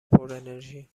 پرانرژی